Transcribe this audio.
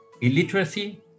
illiteracy